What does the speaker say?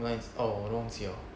哪里 oh 我都忘记 liao